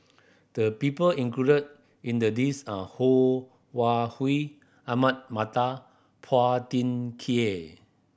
the people include in the list are Ho Wan Hui Ahmad Mattar Phua Thin Kiay